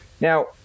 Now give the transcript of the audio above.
Now